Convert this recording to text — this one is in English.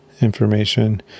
information